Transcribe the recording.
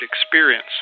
experience